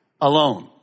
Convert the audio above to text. alone